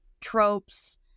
tropes